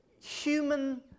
human